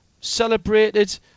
celebrated